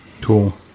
Cool